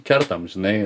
kertam žinai